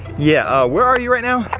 yeah where are you right now?